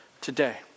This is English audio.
today